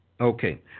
Okay